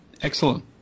Excellent